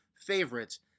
favorites